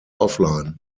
offline